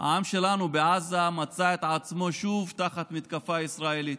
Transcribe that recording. העם שלנו בעזה מצא את עצמו שוב תחת מתקפה ישראלית.